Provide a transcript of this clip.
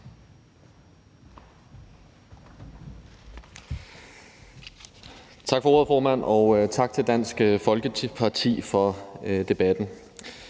Tak for ordet, formand, og tak til Dansk Folkeparti for debatten.